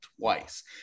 twice